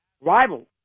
rival